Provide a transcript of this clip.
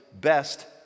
best